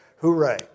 hooray